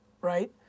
right